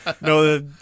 No